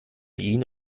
ihn